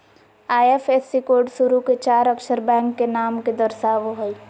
IFSC code शुरू के चार अक्षर बैंक के नाम के दर्शावो हइ